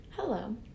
Hello